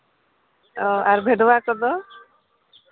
ᱚ ᱟᱨ ᱵᱷᱮᱰᱣᱟ ᱠᱚᱫᱚ